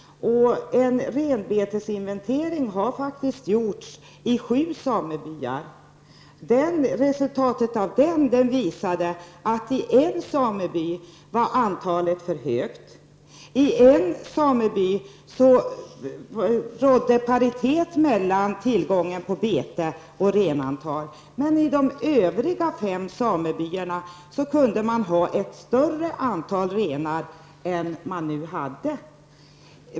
En renbetesinventering har faktiskt gjorts i sju samebyar. Resultatet av den visade att antalet renar var för högt i en sameby. I en sameby rådde paritet mellan tillgången på bete och renantalet. I de övriga fem samebyarna kunde man ha ett större antal renar än man hade.